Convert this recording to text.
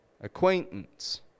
acquaintance